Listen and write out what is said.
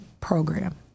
program